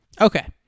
Okay